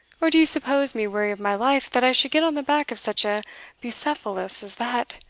or do you suppose me weary of my life, that i should get on the back of such a bucephalus as that?